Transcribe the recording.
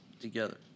together